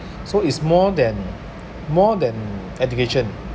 so is more than more than education